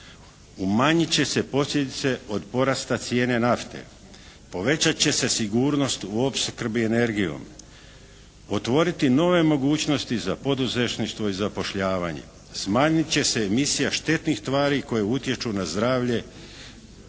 umanjit će se posljedice od porasta cijene nafte, poveća će se sigurnost u opskrbi energijom, otvoriti nove mogućnosti za poduzetništvo i zapošljavanje, smanjit će se emisija štetnih tvari koje utječu na zdravlje